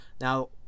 Now